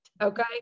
okay